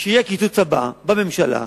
כשיהיה הקיצוץ הבא בממשלה,